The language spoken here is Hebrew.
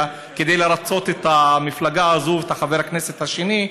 כדי לרצות את המפלגה הזאת ואת חבר הכנסת הזה.